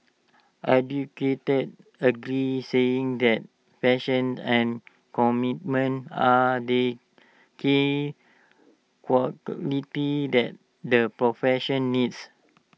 educators agreed saying that passion and commitment are the key qualities that the profession needs